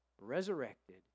Resurrected